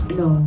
no